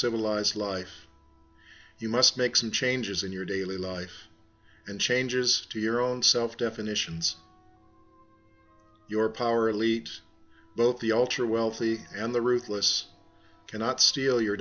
civilized life you must make some changes in your daily life and changes to your own self definitions your power elite both the ultra wealthy and the ruthless cannot steal your